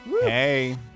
Hey